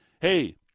hey